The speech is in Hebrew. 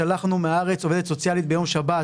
שלחנו מהארץ עובדת סוציאלית ביום שבת,